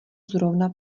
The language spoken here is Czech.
zrovna